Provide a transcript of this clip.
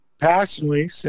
passionately